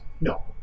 No